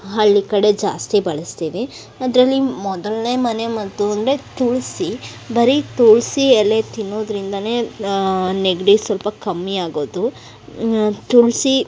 ಹಳ್ಳಿ ಕಡೆ ಜಾಸ್ತಿ ಬಳಸ್ತೀವಿ ಅದರಲ್ಲಿ ಮೊದಲನೇ ಮನೆ ಮದ್ದು ಅಂದರೆ ತುಳಸಿ ಬರೀ ತುಳಸಿ ಎಲೆ ತಿನ್ನೋದ್ರಿಂದಲೇ ನೆಗಡಿ ಸ್ವಲ್ಪ ಕಮ್ಮಿ ಆಗೋದು ತುಳಸಿ